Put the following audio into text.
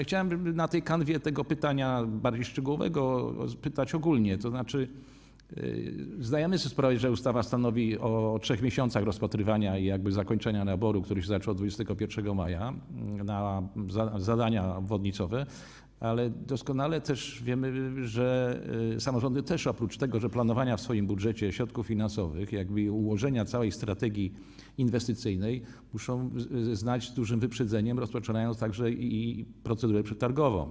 Chciałem na kanwie tego pytania bardziej szczegółowego spytać ogólnie, tzn. zdajemy sobie sprawę, że ustawa stanowi o 3 miesiącach rozpatrywania i zakończenia naboru, który się zaczął 21 maja, na zadania obwodnicowe, ale doskonale też wiemy, że samorządy oprócz planowania w swoim budżecie środków finansowych i ułożenia całej strategii inwestycyjnej muszą znać z dużym wyprzedzeniem, rozpoczynając także procedurę przetargową.